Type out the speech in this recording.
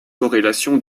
corrélation